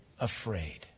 afraid